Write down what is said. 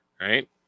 right